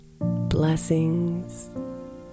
Blessings